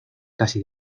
casi